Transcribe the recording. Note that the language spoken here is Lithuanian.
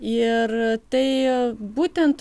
ir tai būtent